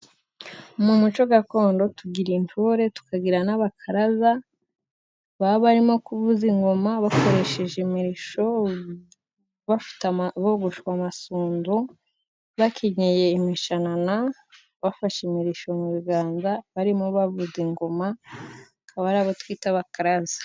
Mu muco gakondo tugira intore tukagira n'abakaraba baba barimo kuvuza ingoma bakoresheje imirishyo ,bogoshwe amasunzu bakenyeye imishanana bafashe imirishyo mu biganza, barimo bavuza ingoma bakaba ari abo twita bakaraza.